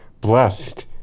blessed